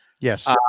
yes